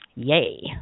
Yay